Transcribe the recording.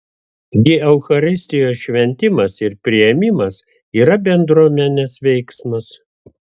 gi eucharistijos šventimas ir priėmimas yra bendruomenės veiksmas